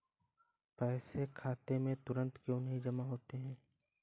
पैसे खाते में तुरंत क्यो नहीं जमा होते हैं?